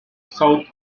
south